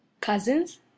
cousins